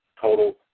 Total